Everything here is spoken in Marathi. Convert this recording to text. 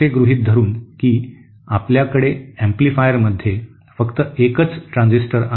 असे गृहीत धरून की आपल्याकडे एम्पलीफायरमध्ये फक्त एकच ट्रांझिस्टर आहे